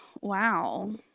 Wow